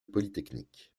polytechnique